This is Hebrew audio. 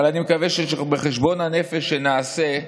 אבל אני מקווה שבחשבון הנפש שנעשה,